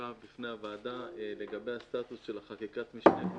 סקירה בפני הוועדה לגבי הסטטוס של חקיקת משנה.